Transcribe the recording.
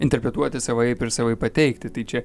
interpretuoti savaip ir savaip pateikti tai čia